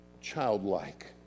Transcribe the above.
childlike